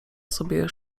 sobie